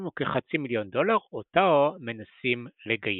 הוא כחצי מיליון דולר אותו מנסים לגייס.